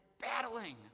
battling